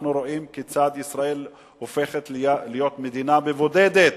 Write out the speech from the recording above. אנחנו רואים כיצד ישראל הופכת להיות מדינה מבודדת,